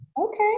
Okay